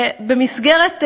במסגרת,